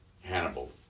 Hannibal